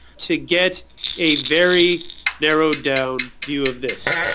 to get a very narrowed down view of this.